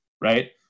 right